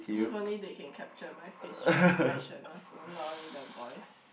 if only they can capture my facial expression also not only the voice